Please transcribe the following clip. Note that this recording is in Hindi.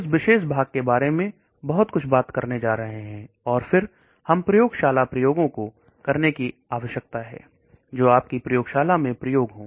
इस विशेष भाग के बारे में बहुत कुछ बात करने जा रहे हैं और फिर हम प्रयोगशाला प्रयोगों को करने की आवश्यकता है जो आप की प्रयोगशाला में प्रयोग हो